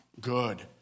good